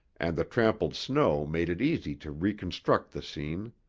and the trampled snow made it easy to reconstruct the scene.